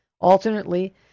Alternately